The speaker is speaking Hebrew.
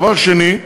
דבר שני,